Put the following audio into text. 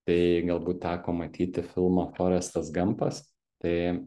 tai galbūt teko matyti filmą forestas gampas tai